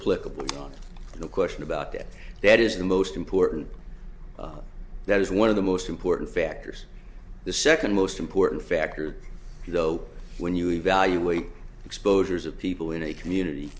political one no question about it that is the most important that is one of the most important factors the second most important factor though when you evaluate exposures of people in a community